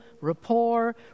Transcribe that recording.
rapport